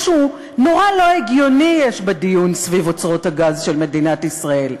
משהו נורא לא הגיוני יש בדיון סביב אוצרות הגז של מדינת ישראל.